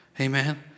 Amen